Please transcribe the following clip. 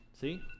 See